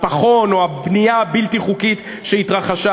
הפחון או הבנייה הבלתי-חוקית שהתרחשה.